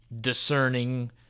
discerning